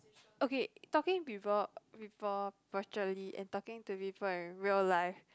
okay talking people people virtually and talking to people in real life